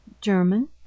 German